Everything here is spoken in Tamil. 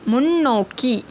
முன்னோக்கி